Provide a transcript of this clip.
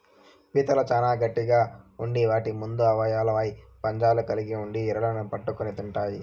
పీతలు చానా గట్టిగ ఉండి వాటి ముందు అవయవాలపై పంజాలు కలిగి ఉండి ఎరలను పట్టుకొని తింటాయి